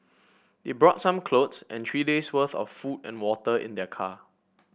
they brought some clothes and three days' worth of food and water in their car